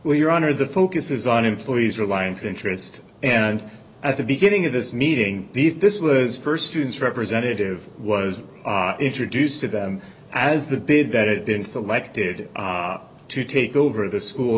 well your honor the focus is on employees alliance interest and at the beginning of this meeting these this was first students representative was introduced to them as the bid that it then selected to take over the school